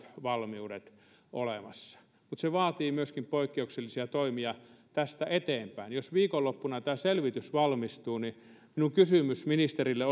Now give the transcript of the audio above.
valmiudet olemassa mutta se vaatii myöskin poikkeuksellisia toimia tästä eteenpäin jos viikonloppuna tämä selvitys valmistuu niin minun kysymykseni ministerille